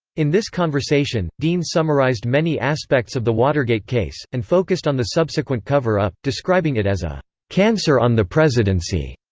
in this conversation, dean summarized many aspects of the watergate case, and focused on the subsequent cover-up, describing it as a cancer on the presidency.